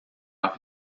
off